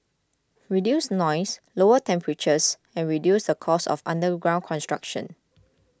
reduce noise lower temperatures and reduce the cost of underground construction